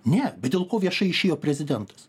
ne dėl ko viešai išėjo prezidentas